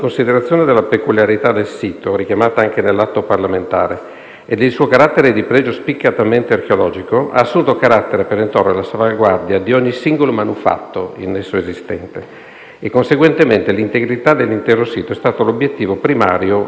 e del suo carattere di pregio spiccatamente archeologico, ha assunto carattere perentorio la salvaguardia di ogni singolo manufatto in esso esistente e, conseguentemente, l'integrità dell'intero sito è stata l'obiettivo primario fin qui perseguito e che continueremo naturalmente